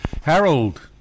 Harold